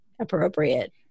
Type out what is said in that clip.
appropriate